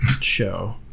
show